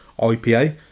IPA